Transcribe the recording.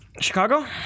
Chicago